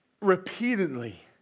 repeatedly